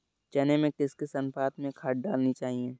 चने में किस अनुपात में खाद डालनी चाहिए?